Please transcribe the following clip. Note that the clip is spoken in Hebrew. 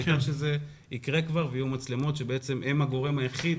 העיקר שזה יקרה ויהיו מצלמות שהן הגורם היחיד